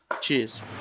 Cheers